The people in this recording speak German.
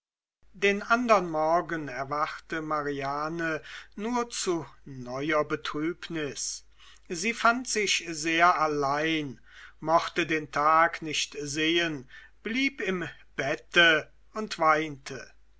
den andern morgen erwachte mariane nur zu neuer betrübnis sie fand sich sehr allein mochte den tag nicht sehen blieb im bette und weinte